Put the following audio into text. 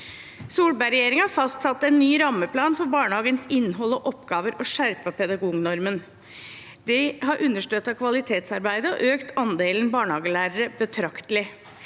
Solberg-regjeringen fastsatte en ny rammeplan for barnehagens innhold og oppgaver og skjerpet pedagognormen. Det har understøttet kvalitetsarbeidet og økt andelen barnehagelærere betraktelig.